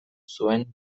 zuen